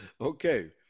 Okay